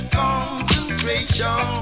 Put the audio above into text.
concentration